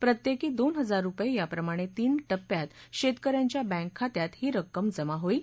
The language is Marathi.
प्रत्येकी दोन हजार रुपये या प्रमाणे तीन टप्प्यात शेतक यांच्या बँक खात्यात ही रक्कम जमा होईल